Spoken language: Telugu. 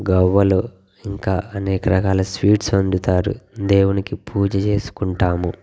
గవ్వలు ఇంకా అనేక రకాల స్వీట్స్ వండుతారు దేవుడికి పూజ చేసుకుంటాము